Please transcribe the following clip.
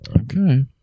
Okay